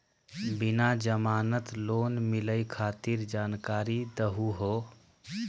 बिना जमानत लोन मिलई खातिर जानकारी दहु हो?